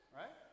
right